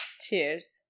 Cheers